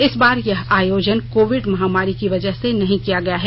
इस बार यह आयोजन कोविड महामारी की वजह से नहीं किया गया है